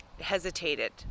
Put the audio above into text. hesitated